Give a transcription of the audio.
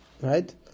right